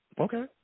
okay